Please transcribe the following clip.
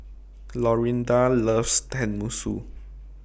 Lorinda loves Tenmusu